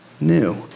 new